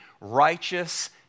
righteous